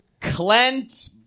Clint